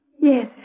Yes